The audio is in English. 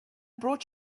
brought